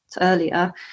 earlier